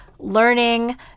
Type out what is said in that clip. learning